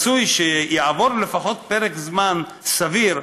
שיעבור לפחות פרק זמן סביר,